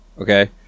Okay